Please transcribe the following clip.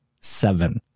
seven